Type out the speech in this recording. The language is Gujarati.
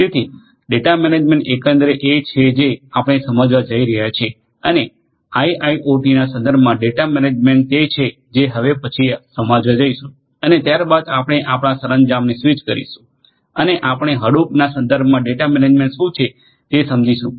તેથી ડેટા મેનેજમેન્ટ એકંદરે એ છે જે આપણે સમજવા જઈ રહ્યા છીએ અને આઇઆઇઓટીના સંદર્ભમાં ડેટા મેનેજમેન્ટ તે છે જે હવે પછી સમજવા જઈશુ અને ત્યારબાદ આપણે આપણા સરંજામને સ્વિચ કરીશું અને આપણે હડુપના સંદર્ભમાં ડેટા મેનેજમેન્ટ શું છે તે સમજીશું